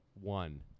one